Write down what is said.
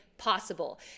possible